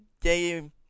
game